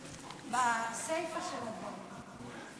בסיפה של הדברים.